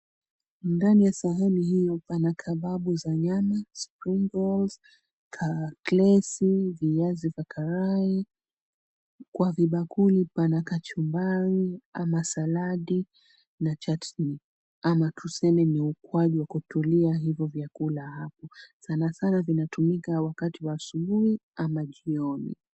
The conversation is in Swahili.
Ndani ya sahani hiyo pana kebabu za nyama, spring rolls , ka klesi, viazi vya karai. kwa vibakuli pana kachumbari ama saladi na chati ama tusema ni ukwaju wa kukulia hivo vyakula hapo. Sanasana vinatumika wakati wa asubuhi ama jioni.